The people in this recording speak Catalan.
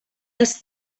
els